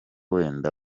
wenda